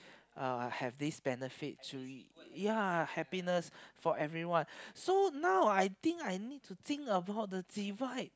uh have this benefit actually ya happiness for everyone so now I think I need to think about the divide